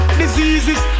diseases